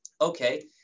Okay